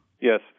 Yes